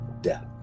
death